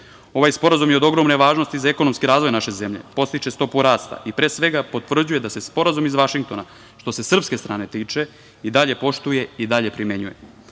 Ovaj sporazum je ogromne važnosti za ekonomski razvoj naše zemlje, podstiče stopu rasta i potvrđuje da se Sporazum iz Vašingtona, što se srpske strane tiče, i dalje poštuje i dalje primenjuje. Ovaj